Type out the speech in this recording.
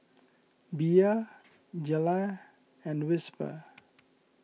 Bia Gelare and Whisper